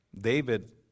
David